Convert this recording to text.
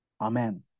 Amen